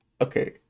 Okay